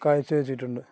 കാഴ്ച വച്ചിട്ടുണ്ട്